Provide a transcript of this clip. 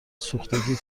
سوختگی